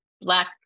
black